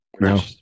No